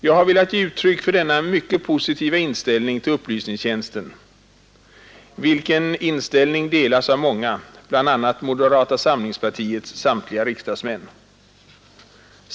Jag har velat ge uttryck för denna mycket positiva inställning till upplysningstjänsten, vilken inställning delas av många, bl.a. moderata samlingspartiets samtliga riksdagsmän.